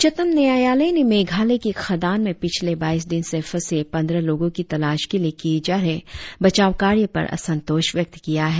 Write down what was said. उच्चतम न्यायालय ने मेघालय की एक खदान में पिछले बाईस दिन से फंसे पंद्रह लोगों की तलाश के लिए किए जा रहे बचाव कार्य पर असंतोष व्यक्त किया है